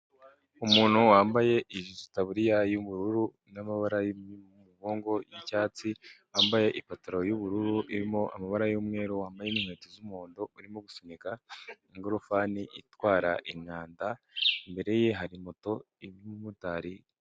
Umuntu wambaye itaburiya y'ubururu n'amabara mu mugongo y'icyatsi wambaye ipantaro y'ubururu irimo amabara y'umweru wambaye n'inkweto z'umuhondo urimo gusunika, ingorofani itwara imyanda, imbere ye hari moto n'umumotari.